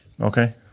Okay